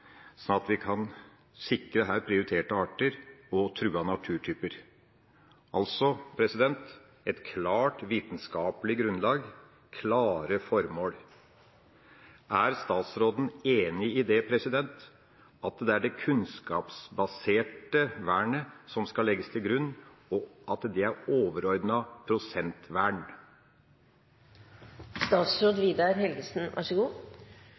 sånn at vi her kan sikre prioriterte arter og truede naturtyper – altså et klart vitenskapelig grunnlag, klare formål. Er statsråden enig i at det er det kunnskapsbaserte vernet som skal legges til grunn, og at det er overordnet prosentvern?